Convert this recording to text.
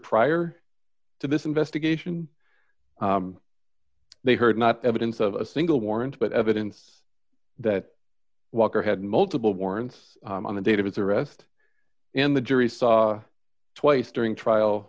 prior to this investigation they heard not evidence of a single warrant but evidence that walker had multiple warrants on the date of his arrest and the jury saw twice during trial